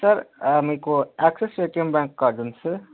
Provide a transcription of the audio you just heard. sir మీకు Axis ATM bank card ఉంది sir